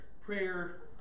prayer